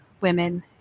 women